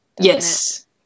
yes